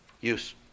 use